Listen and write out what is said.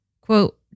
quote